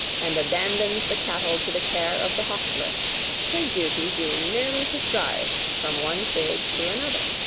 and abandons the cattle to the care of the hostler his duty being merely to drive from one stage to another.